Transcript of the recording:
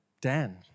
Dan